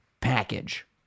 package